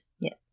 Yes